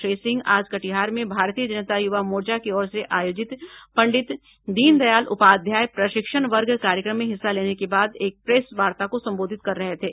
श्री सिंह आज कटिहार में भारतीय जनता युवा मोर्चा की ओर से आयोजित पंडित दीनदयाल उपाध्याय प्रशिक्षण वर्ग कार्यक्रम में हिस्सा लेने के बाद एक प्रेस वार्ता को संबोधित कर रहे थे